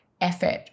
effort